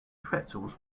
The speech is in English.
pretzels